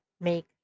make